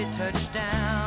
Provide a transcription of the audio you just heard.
Touchdown